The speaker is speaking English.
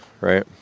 right